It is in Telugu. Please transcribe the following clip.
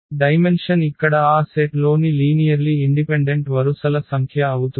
డైమెన్షన్ ఇక్కడ ఆ సెట్లోని లీనియర్లి ఇన్డిపెండెంట్ వరుసల సంఖ్య అవుతుంది